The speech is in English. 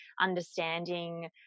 understanding